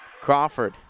Crawford